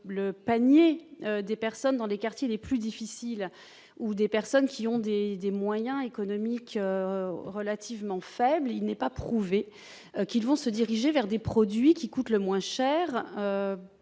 le panier des personnes vivant dans les quartiers les plus difficiles ou dont les moyens économiques sont relativement faibles, il n'est pas prouvé qu'elles se dirigent vers les produits qui coûtent le moins cher,